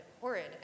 horrid